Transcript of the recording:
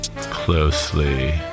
closely